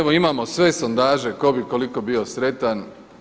Evo imamo sve sondaže tko bi koliko bio sretan.